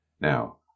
Now